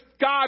God